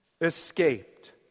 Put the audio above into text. escaped